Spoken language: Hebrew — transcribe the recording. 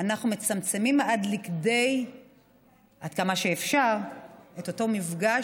אנחנו מצמצמים עד כמה שאפשר את אותו מפגש,